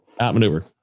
Outmaneuvered